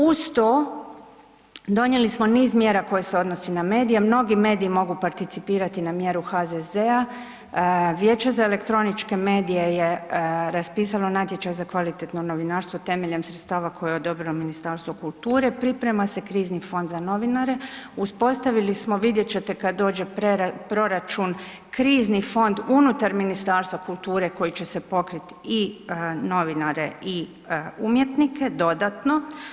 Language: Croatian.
Uz to donijeli smo niz mjera koje se odnose na medije, mnogi mediji mogu participirati na mjeru HZZ-a, Vijeće za elektroničke medije je raspisalo natječaj za kvalitetno novinarstvo temeljem sredstava koje je odobrilo Ministarstvo kulture, priprema se krizni fond za novinare, uspostavili smo, vidjet ćete kada dođe proračun krizni fond unutar Ministarstva kulture koji će se pokriti i novinare i umjetnike dodatno.